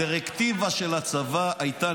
הדירקטיבה של הצבא הייתה,